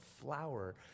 flower